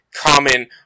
common